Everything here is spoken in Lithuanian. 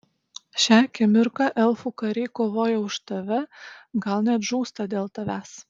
šią akimirką elfų kariai kovoja už tave gal net žūsta dėl tavęs